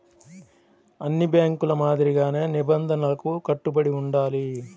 అన్ని బ్యేంకుల మాదిరిగానే నిబంధనలకు కట్టుబడి ఉండాలి